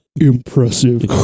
Impressive